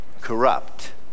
corrupt